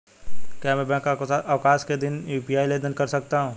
क्या मैं बैंक अवकाश के दिन यू.पी.आई लेनदेन कर सकता हूँ?